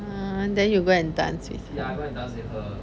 um then you go and dance with her